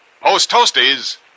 post-toasties